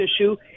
issue